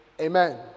Amen